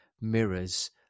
mirrors